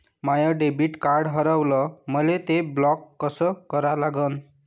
माय debit card हारवलं, मले ते ब्लॉक कस करा लागन?